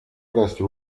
presso